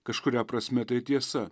kažkuria prasme tai tiesa